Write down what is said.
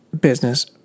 business